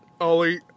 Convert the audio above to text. Ollie